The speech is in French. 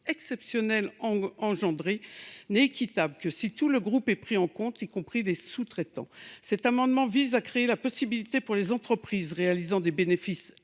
exceptionnels engendrés ne sera équitable que si tout le groupe est pris en compte, y compris les sous traitants. Cet amendement vise donc à ouvrir la possibilité aux entreprises réalisant des bénéfices